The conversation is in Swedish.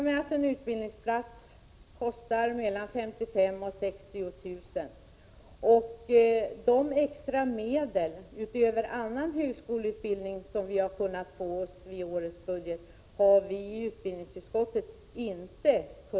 En utbildningsplats beräknas kosta mellan 55 000 och 60 000 kr., och utbildningsutskottet har inte kunnat hitta de extra medel som behövs, utöver medlen för annan högskoleutbildning.